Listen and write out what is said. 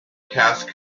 cast